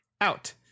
out